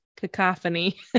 cacophony